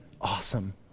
awesome